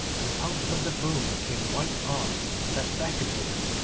and out of the foam came white arms that beckoned to him,